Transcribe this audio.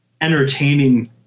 entertaining